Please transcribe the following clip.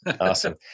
Awesome